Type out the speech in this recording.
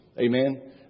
Amen